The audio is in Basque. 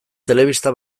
telebista